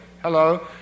Hello